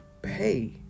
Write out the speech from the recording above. pay